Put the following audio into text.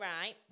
right